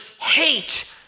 hate